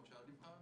כמו שאת נבחרת.